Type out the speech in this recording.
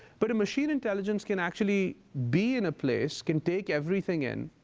but a machine intelligence can actually be in a place, can take everything in,